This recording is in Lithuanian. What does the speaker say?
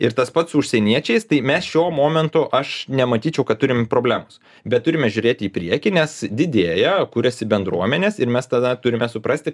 ir tas pats su užsieniečiais tai mes šiuo momentu aš nematyčiau kad turim problemos bet turime žiūrėti į priekį nes didėja kuriasi bendruomenės ir mes tada turime suprasti